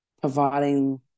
providing